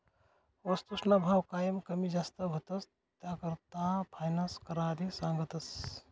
वस्तूसना भाव कायम कमी जास्त व्हतंस, त्याकरता फायनान्स कराले सांगतस